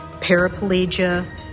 paraplegia